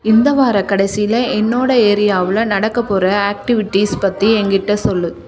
இந்த வாரம் கடைசியில் என்னோட ஏரியாவில் நடக்க போகிற ஆக்டிவிட்டிஸ் பற்றி எங்கிட்டே சொல்